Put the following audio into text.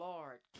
Lord